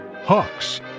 Hawks